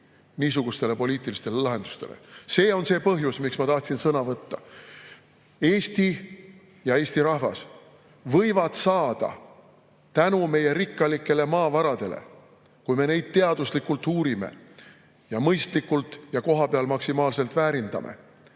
niisugustele poliitilistele lahendustele. See on see põhjus, miks ma tahtsin sõna võtta. Eesti [riik] ja Eesti rahvas võivad saada tänu meie rikkalikele maavaradele, kui me neid teaduslikult uurime ning mõistlikult kohapeal maksimaalselt väärindame,